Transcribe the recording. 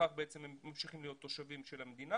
וכך הם ממשיכים למעשה להיות תושבים של המדינה